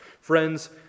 Friends